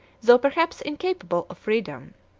though perhaps incapable of freedom.